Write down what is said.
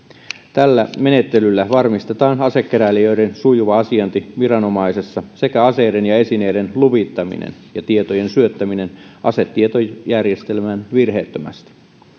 tällä menettelyllä varmistetaan asekeräilijöiden sujuva asiointi viranomaisessa sekä aseiden ja esineiden luvittaminen ja tietojen syöttäminen asetietojärjestelmään virheettömästi